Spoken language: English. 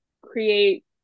create